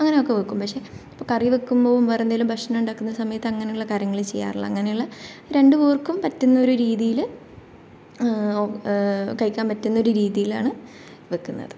അങ്ങനെയൊക്കെ വയ്ക്കും പക്ഷേ ഇപ്പോ കറി വയ്ക്കുമ്പോൾ വേറെ എന്തെങ്കിലും ഭക്ഷണം ഉണ്ടാക്കുന്ന സമയത്ത് അങ്ങനെയുള്ള കാര്യങ്ങൾ ചെയ്യാറില്ല അങ്ങനെയുള്ള രണ്ടുപേർക്കും പറ്റുന്ന ഒരു രീതിയിൽ കഴിക്കാൻ പറ്റുന്ന ഒരു രീതിയിലാണ് വയ്ക്കുന്നത്